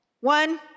One